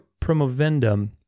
promovendum